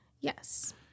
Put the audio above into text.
Yes